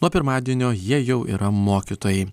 nuo pirmadienio jie jau yra mokytojai